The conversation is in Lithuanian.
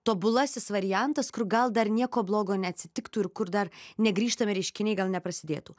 tobulasis variantas kur gal dar nieko blogo neatsitiktų ir kur dar negrįžtami reiškiniai gal neprasidėtų